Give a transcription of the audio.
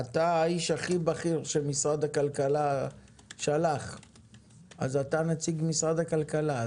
אתה האיש הכי בכיר שמשרד הכלכלה שלח לכאן אז אתה נציג משרד הכלכלה.